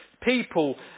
people